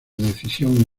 decisión